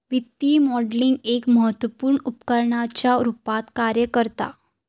वित्तीय मॉडलिंग एक महत्त्वपुर्ण उपकरणाच्या रुपात कार्य करता